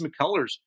McCullers